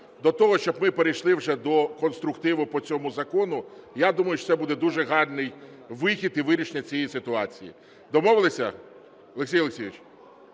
до того, щоб ми перейшли вже до конструктиву по цього закону. Я думаю, що це буде дуже гарний вихід і вирішення цієї ситуації. Домовилися,